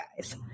guys